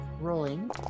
rolling